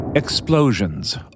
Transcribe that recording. Explosions